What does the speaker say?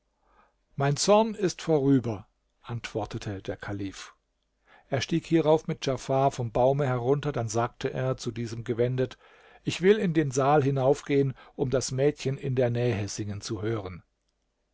mein zorn ist vorüber antwortete der kalif er stieg hierauf mit djafar vom baume herunter dann sagte er zu diesem gewendet ich will in den saal hinaufgehen um das mädchen in der nähe singen zu hören